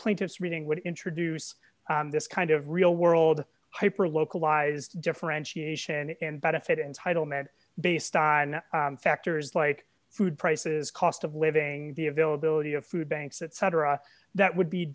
plaintiff's reading would introduce this kind of real world hyper localized differentiation and benefit entitlement based on factors like food prices cost of living the availability of food banks etc that would be